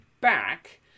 back